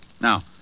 Now